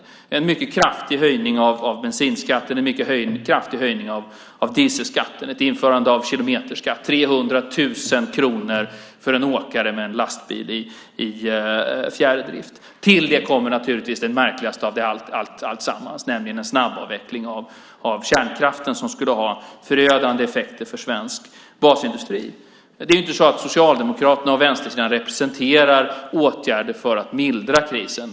Det handlar om en mycket kraftig höjning av bensinskatten, en mycket kraftig höjning av dieselskatten och ett införande av kilometerskatt, som handlar om 300 000 kronor för en åkare med en lastbil i fjärrdrift. Till det kommer naturligtvis det märkligaste av alltsammans, nämligen en snabbavveckling av kärnkraften, som ju skulle ha förödande effekter för svensk basindustri. Det är inte så att Socialdemokraterna och vänstersidan representerar åtgärder för att mildra krisen.